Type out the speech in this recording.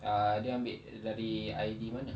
uh dia ambil dari I_D mana